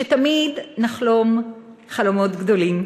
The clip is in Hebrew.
שתמיד נחלום חלומות גדולים,